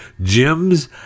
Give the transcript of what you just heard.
Gyms